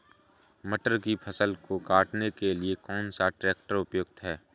मटर की फसल को काटने के लिए कौन सा ट्रैक्टर उपयुक्त है?